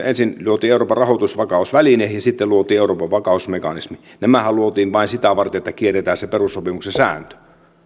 ensin luotiin euroopan rahoitusvakausväline ja sitten luotiin euroopan vakausmekanismi nämähän luotiin vain sitä varten että kierretään se perussopimuksen sääntö